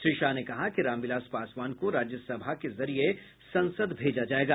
श्री शाह ने कहा कि रामविलास पासवान को राज्यसभा के जरिए संसद भेजा जायेगा